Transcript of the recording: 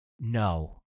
No